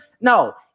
No